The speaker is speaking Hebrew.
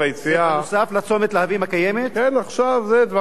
אלה דברים שמתוקצבים ומקודמים ועכשיו בביצוע